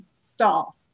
staff